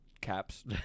caps